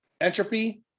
entropy